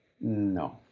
No